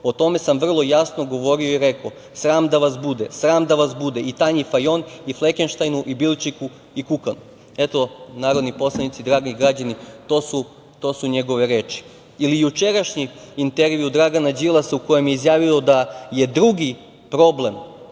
O tome sam vrlo jasno govorio i rekao – sram da vas bude. Sram da vas bude i Tanji Fajon i Flekenštajnu i Bilčiku i Kukan. Eto, narodni poslanici, dragi građani to su njegove reči. Ili jučerašnji intervju Dragana Đilasa u kojem je izjavio da je drugi problem